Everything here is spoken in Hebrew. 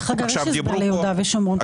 אגב, יש הסדר ליהודה ושומרון.